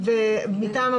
אתה רוצה לעבור על